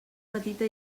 petita